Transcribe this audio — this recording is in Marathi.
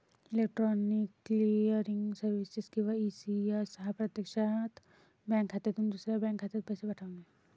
इलेक्ट्रॉनिक क्लिअरिंग सर्व्हिसेस किंवा ई.सी.एस हा प्रत्यक्षात बँक खात्यातून दुसऱ्या बँक खात्यात पैसे पाठवणे